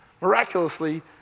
miraculously